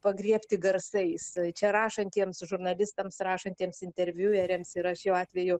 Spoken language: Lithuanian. pagriebti garsais čia rašantiems žurnalistams rašantiems interviueriams yra šiuo atveju